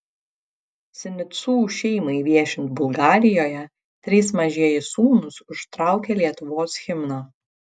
sinicų šeimai viešint bulgarijoje trys mažieji sūnūs užtraukė lietuvos himną